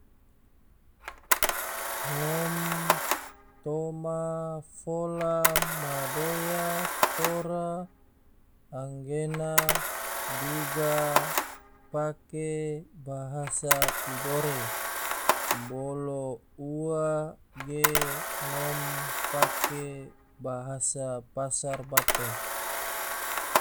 Ngom toma fola madoya tora anggena duga pake bahasa tidore, bolo ua ge ngom pake bahasa pasar bato.